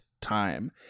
time